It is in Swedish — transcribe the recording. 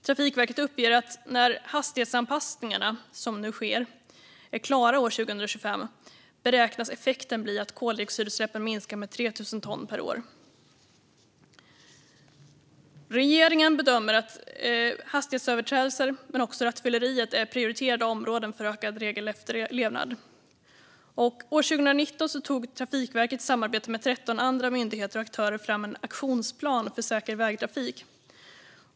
Trafikverket uppger att när de hastighetsanpassningar som nu sker är klara år 2025 beräknas effekten bli att koldioxidutsläppen minskar med 3 000 ton per år. Regeringen bedömer att hastighetsöverträdelser och rattfylleri är prioriterade områden för ökad regelefterlevnad. År 2019 tog Trafikverket i samarbete med 13 andra myndigheter och aktörer fram en aktionsplan för säker vägtrafik.